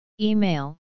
Email